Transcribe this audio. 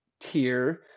tier